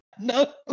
No